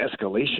escalation